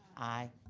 aye.